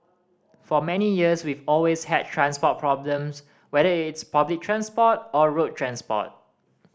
for many years we've always had transport problems whether it's public transport or road transport